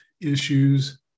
issues